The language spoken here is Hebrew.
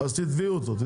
אז תתבעי אותו.